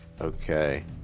Okay